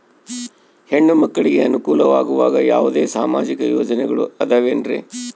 ಹೆಣ್ಣು ಮಕ್ಕಳಿಗೆ ಅನುಕೂಲವಾಗುವ ಯಾವುದೇ ಸಾಮಾಜಿಕ ಯೋಜನೆಗಳು ಅದವೇನ್ರಿ?